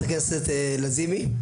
חברת הכנסת לזימי,